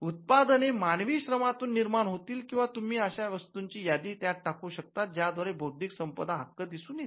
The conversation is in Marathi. उत्पादने मानवी श्रमातून निर्माण होतील किंवा तुम्ही अशा वस्तूंची यादी त्यात टाकू शकतात ज्या द्वारे बौद्धिक संपदा हक्क दिसून येतील